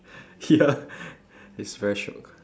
ya it's very shiok